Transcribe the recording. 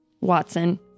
Watson